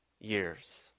years